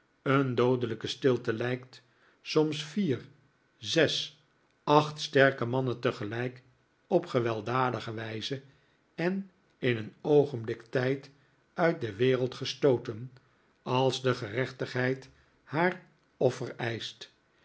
een doodelijke stilte lijkt soms vier zes acht sterke mannen tegelijk op gewelddadige wijze en in een oogenblik tijd uit de wereld gestooten als de gerechtigheid haar offer eischt